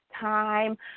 time